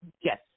Yes